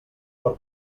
per